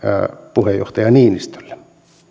puheenjohtaja niinistölle